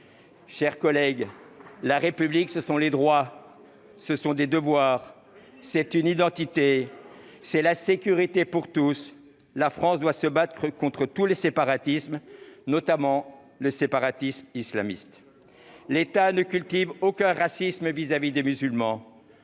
Ridicule ! La République ce sont des droits, ce sont des devoirs, c'est une identité, c'est la sécurité pour tous. La France doit se battre contre tous les séparatismes, notamment contre le séparatisme islamiste. L'État ne cultive aucun racisme vis-à-vis des musulmans,